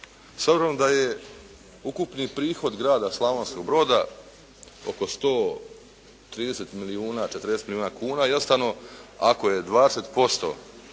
obzirom da je ukupni prihod grada Slavonskog Broda oko 130 milijuna, 140 milijuna kuna, jednostavno ako je 20%